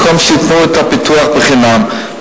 במקום שייתנו את הפיתוח בחינם,